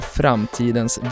framtidens